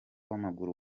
w’amaguru